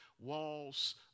walls